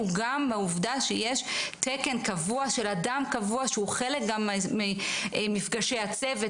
הוא גם בעובדה שיש תקן קבוע של אדם קבוע שהוא חלק ממפגשי הצוות,